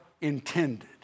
intended